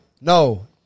No